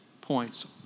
points